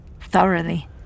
Thoroughly